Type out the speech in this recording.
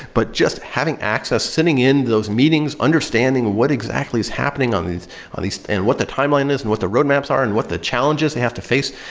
but just having access sitting in those meetings, understanding what exactly is happening on these on these and what the timeline is and what the roadmaps are and what the challenges they have to face,